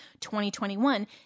2021